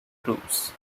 crews